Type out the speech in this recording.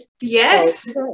Yes